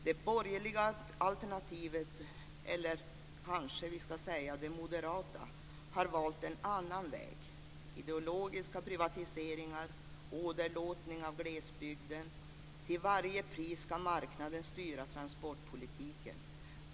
Det borgerliga alternativet, eller kanske vi ska säga det moderata, har valt en annan väg. Det är ideologiska privatiseringar och åderlåtning av glesbygden. Till varje pris ska marknaden styra transportpolitiken.